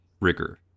rigor